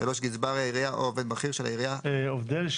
(3)גזבר העירייה או עובד בכיר של העירייה הכפוף